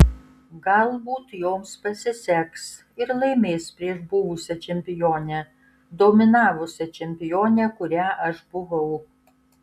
galbūt joms pasiseks ir laimės prieš buvusią čempionę dominavusią čempionę kuria aš buvau